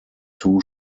two